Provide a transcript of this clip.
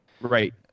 Right